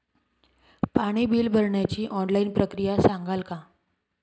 पाणी बिल भरण्याची ऑनलाईन प्रक्रिया सांगाल का?